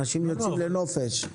אנשים יוצאים לנופש,